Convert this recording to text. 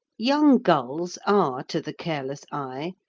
young gulls are, to the careless eye,